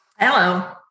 Hello